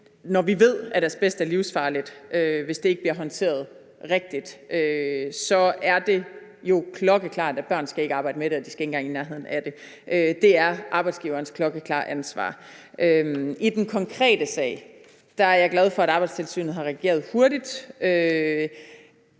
Når vi ved, at asbest er livsfarligt, hvis det ikke bliver håndteret rigtigt, er det jo klokkeklart, at børn ikke skal arbejde med det; de skal ikke engang i nærheden af det. Det er arbejdsgiverens klokkeklare ansvar. I den konkrete sag er jeg glad for, at Arbejdstilsynet har reageret hurtigt.